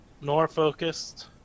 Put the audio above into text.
Nor-focused